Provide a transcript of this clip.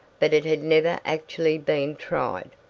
but it had never actually been tried.